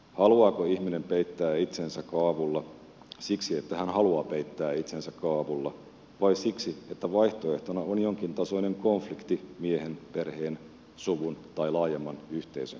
haluaako ihminen peittää itsensä kaavulla siksi että hän haluaa peittää itsensä kaavulla vai siksi että vaihtoehtona on jonkintasoinen konflikti miehen perheen suvun tai laajemman yhteisön kanssa